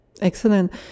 Excellent